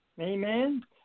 Amen